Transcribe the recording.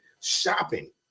shopping